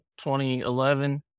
2011